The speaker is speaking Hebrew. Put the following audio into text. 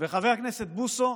חבר הכנסת בוסו,